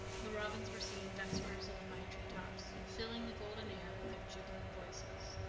the robins were singing vespers in the high treetops, filling the golden air with their jubilant voices.